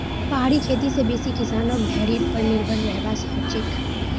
पहाड़ी खेती स बेसी किसानक भेड़ीर पर निर्भर रहबा हछेक